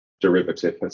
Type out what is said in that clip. derivative